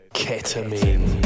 ketamine